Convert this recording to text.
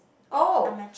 oh